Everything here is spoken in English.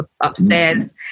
upstairs